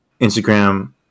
Instagram